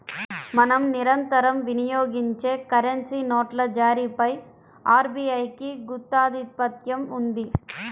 మనం నిరంతరం వినియోగించే కరెన్సీ నోట్ల జారీపై ఆర్బీఐకి గుత్తాధిపత్యం ఉంది